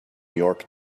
york